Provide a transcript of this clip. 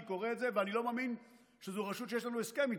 אני קורא את זה ואני לא מאמין שזו רשות שיש לנו הסכם איתה,